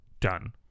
done